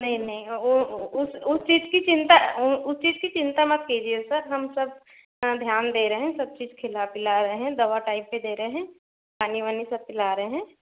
नहीं नहीं उस चीज की चिंता उस चीज की चिंता मत कीजिए सर हम सब यहाँ ध्यान दे रहे है सब चीज खिला पिला रहे है दवा टाइम पे दे रहे है पानी वाणी सब पिला रहे है